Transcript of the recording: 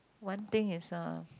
one thing is uh